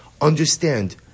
Understand